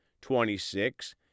Twenty-six